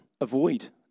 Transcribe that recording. avoid